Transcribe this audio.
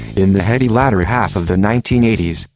in the heady latter half of the nineteen eighty s,